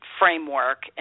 framework